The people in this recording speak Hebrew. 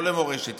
לא למורשת.